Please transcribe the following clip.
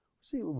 See